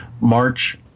march